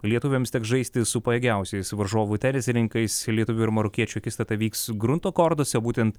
lietuviams teks žaisti su pajėgiausiais varžovų tenisininkais lietuvių ir marokiečių akistata vyks grunto kortuose būtent